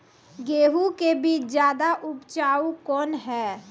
गेहूँ के बीज ज्यादा उपजाऊ कौन है?